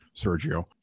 Sergio